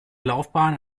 laufbahn